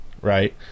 right